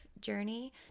journey